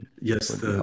Yes